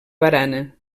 barana